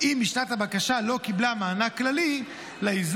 אם בשנת הבקשה לא קיבלה מענק כללי לאיזון